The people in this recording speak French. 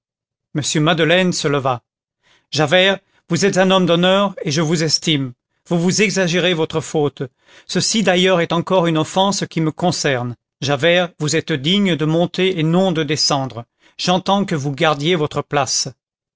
m madeleine se leva javert vous êtes un homme d'honneur et je vous estime vous vous exagérez votre faute ceci d'ailleurs est encore une offense qui me concerne javert vous êtes digne de monter et non de descendre j'entends que vous gardiez votre place